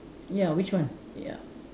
ya which one ya